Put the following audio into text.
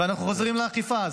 ואנחנו חוזרים לאכיפה,